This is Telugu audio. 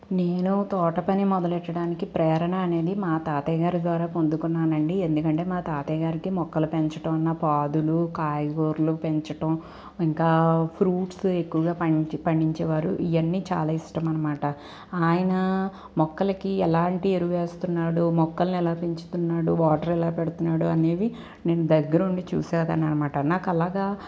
నేను తోట పని మొదలెట్టడానికి ప్రేరణ అనేది మా తాతయ్య గారి ద్వారా పొందుకున్నానండి ఎందుకంటే మా తాతయ్య గారికి మొక్కలు పెంచడం అన్న పాదులు కాయగూరలు పెంచడం ఇంకా ఫ్రూట్స్ ఎక్కువగా పండి పండించేవారు ఇవన్నీ చాలా ఇష్టమన్నమాట ఆయన మొక్కలకి ఎలాంటి ఎరువేస్తున్నాడు మొక్కల్ని ఎలా పెంచుతున్నాడు వాటర్ ఎలా పెడుతున్నాడు అనేవి నేను దగ్గర ఉండి చూసేదాని అనమాట నాకు అలాగా